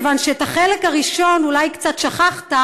כיוון שאת החלק הראשון אולי קצת שכחת,